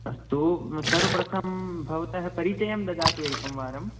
अस्तु सर्वप्रथमं भवतः परिचयं ददातु एकं वारम्